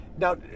now